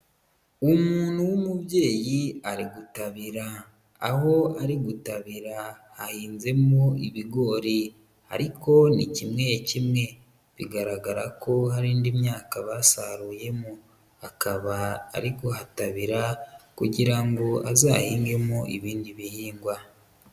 Umuntu w'umubyeyi ari gutabira, aho ari gutabira hahinzemo ibigori ariko ni kimwe kimwe, bigaragara ko hari indi myaka basaruyemo, akaba ari guhatabira kugira ngo azahingemo ibindi bihingwa.